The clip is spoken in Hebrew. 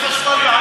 יש חשמל, מה?